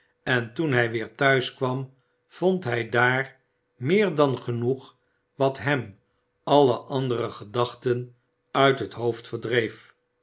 en toen hij weer thuis kwam vond hij daar meer dan genoeg wat hem alle andere gedachten uit het hoofd verdreef